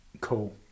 Cool